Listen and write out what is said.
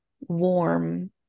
warm